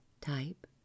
type